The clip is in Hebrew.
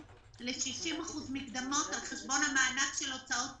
ל-60% מקדמות על חשבון המענק של הוצאות קבועות.